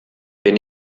bin